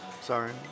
Sorry